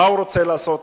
מה הוא רוצה לעשות,